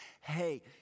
Hey